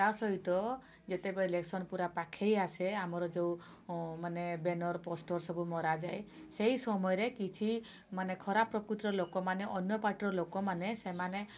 ତା' ସହିତ ଯେତେବେଳେ ଇଲେକ୍ସନ ପୁରା ପାଖେଇ ଆସେ ଆମର ଯେଉଁ ମାନେ ବ୍ୟାନର୍ ପୋଷ୍ଟର୍ ସବୁ ମରାଯାଏ ସେଇ ସମୟରେ କିଛି ମାନେ ଖରାପ ପ୍ରକୃତିର ଲୋକମାନେ ଅନ୍ୟ ପାର୍ଟିର ଲୋକମାନେ ସେମାନେ